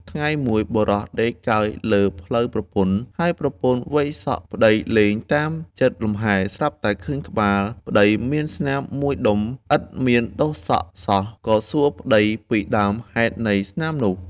ថ្ងៃមួយ បុរសដេកកើយលើភ្លៅប្រពន្ធ ហើយប្រពន្ធវែកសក់ប្តីលេងតាមចិត្តលំហែ ស្រាប់តែឃើញក្បាលប្តីមានស្នាមមួយដុំឥតមានដុះសក់សោះ ក៏សួរប្តីពីដើមហេតុនៃស្នាមនោះ។